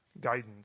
guidance